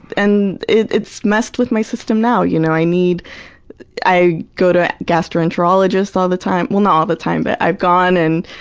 and it's messed with my system now. you know i need i go to gastroenterologists all the time well, not all the time, but i've gone and,